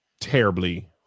terribly